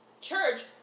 church